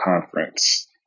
conference